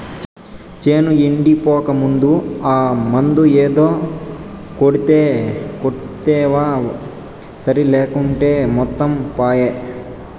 చేను ఎండిపోకముందే ఆ మందు ఏదో కొడ్తివా సరి లేకుంటే మొత్తం పాయే